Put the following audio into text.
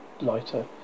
lighter